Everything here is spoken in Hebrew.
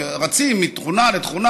רצים מתכונה לתכונה,